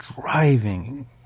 driving